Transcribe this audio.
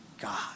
God